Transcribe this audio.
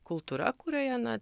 kultūra kurioje na